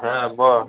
হ্যাঁ বল